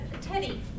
Teddy